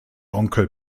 onkel